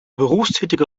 berufstätige